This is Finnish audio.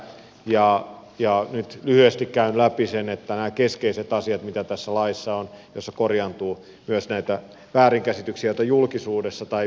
ja nyt lyhyesti käyn läpi nämä keskeiset asiat mitä tässä laissa on jotta korjaantuu myös näitä väärinkäsityksiä joita julkisuudessa tai yhteydenotoissa on ollut